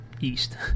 east